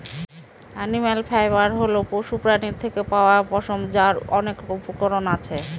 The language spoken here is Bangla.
এনিম্যাল ফাইবার হল পশুপ্রাণীর থেকে পাওয়া পশম, যার অনেক উপকরণ আছে